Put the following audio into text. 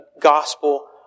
gospel